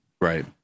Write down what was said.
Right